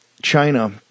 China